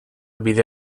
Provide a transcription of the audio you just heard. bide